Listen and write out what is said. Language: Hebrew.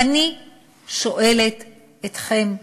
ואני שואלת אתכם,